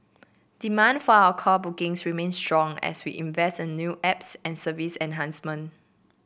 demand for our call bookings remains strong as we invest in new apps and service enhancement